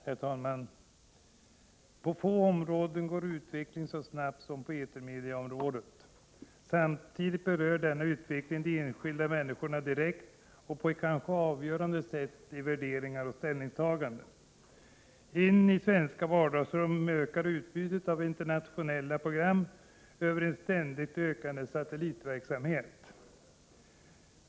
Herr talman! På få områden går utvecklingen så snabbt som på etermedieområdet. Samtidigt berör denna utveckling de enskilda människorna direkt och på ett kanske avgörande sätt i värderingar och ställningstaganden. In i svenska vardagsrum ökar utbudet av internationella program över en ständigt ökande satellitverksamhet.